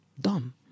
dumb